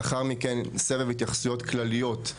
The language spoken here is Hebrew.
לאחר מכן סבב התייחסויות כלליות.